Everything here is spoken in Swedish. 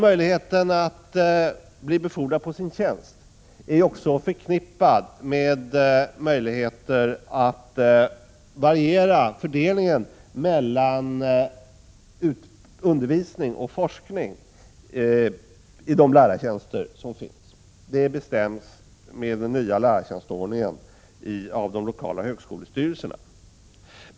Möjligheten att bli befordrad på sin tjänst är också förknippad med möjligheten att variera fördelningen mellan undervisning och forskning i de lärartjänster som finns. Det bestäms med den nya lärartjänstordningen av de lokala högskolestyrelserna.